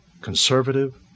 conservative